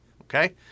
Okay